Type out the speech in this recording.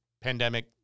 pandemic